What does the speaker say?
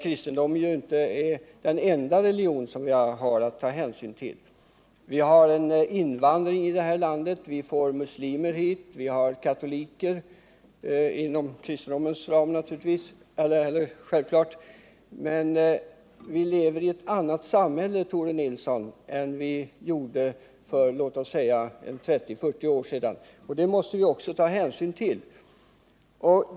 Kristendom är inte den enda religion vi har att ta hänsyn till. Vi har en invandring i det här landet, vi får muslimer hit och vi har katoliker inom kristendomens ram. Vi lever i ett annat samhället, Tore Nilsson, än vi gjorde för låt oss säga 3040 år sedan, och det måste vi också ta hänsyn till.